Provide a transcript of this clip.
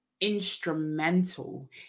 instrumental